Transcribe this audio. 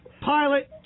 pilot